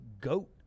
goat